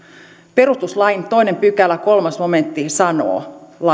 perustuslain toisen pykälän kolmas momentti sanoo